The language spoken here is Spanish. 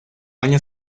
año